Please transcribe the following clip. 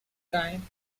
time